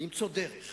למצוא דרך